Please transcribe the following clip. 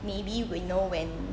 maybe we know when